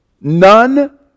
None